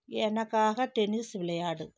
எனக்காக டென்னிஸ் விளையாடு